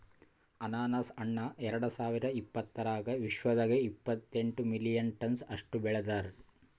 ಅನಾನಸ್ ಹಣ್ಣ ಎರಡು ಸಾವಿರ ಇಪ್ಪತ್ತರಾಗ ವಿಶ್ವದಾಗೆ ಇಪ್ಪತ್ತೆಂಟು ಮಿಲಿಯನ್ ಟನ್ಸ್ ಅಷ್ಟು ಬೆಳದಾರ್